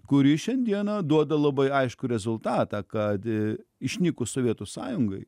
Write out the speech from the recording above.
kuri šiandieną duoda labai aiškų rezultatą kad išnykus sovietų sąjungai